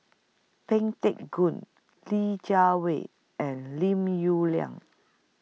Pang Teck Joon Li Jiawei and Lim Yong Liang